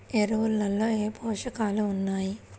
ఎరువులలో ఏ పోషకాలు ఉన్నాయి?